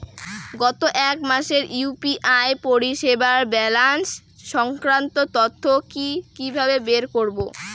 গত এক মাসের ইউ.পি.আই পরিষেবার ব্যালান্স সংক্রান্ত তথ্য কি কিভাবে বের করব?